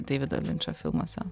deivido linčo filmuose